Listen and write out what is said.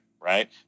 right